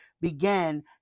began